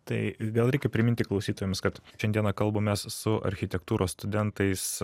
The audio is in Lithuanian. tai vėl reikia priminti klausytojams kad šiandieną kalbamės su architektūros studentais